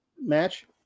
Match